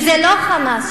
תגידו ישר,